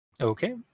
Okay